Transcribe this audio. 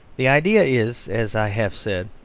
the idea is, as i have said,